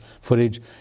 footage